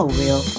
real